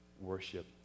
Worship